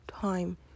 time